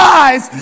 eyes